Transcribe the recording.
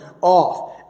off